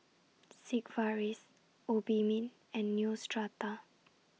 Sigvaris Obimin and Neostrata